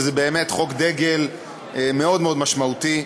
באמת חוק דגל מאוד מאוד משמעותי.